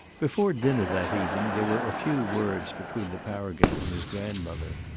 before dinner that evening there were a few words between the paragon and his grandmother.